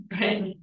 right